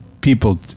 people